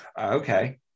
okay